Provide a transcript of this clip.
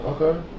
Okay